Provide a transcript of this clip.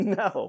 no